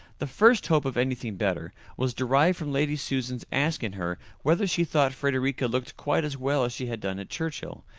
the first hope of anything better was derived from lady susan's asking her whether she thought frederica looked quite as well as she had done at churchhill,